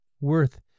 worth